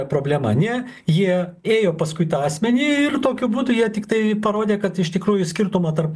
problema ne jie ėjo paskui tą asmenį ir tokiu būdu jie tiktai parodė kad iš tikrųjų skirtumo tarp